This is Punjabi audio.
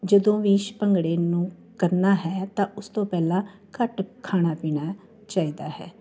ਜਦੋਂ ਵੀ ਇਸ ਭੰਗੜੇ ਨੂੰ ਕਰਨਾ ਹੈ ਤਾਂ ਉਸ ਤੋਂ ਪਹਿਲਾਂ ਘੱਟ ਖਾਣਾ ਪੀਣਾ ਚਾਹੀਦਾ ਹੈ